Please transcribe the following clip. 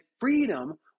freedom